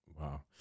Wow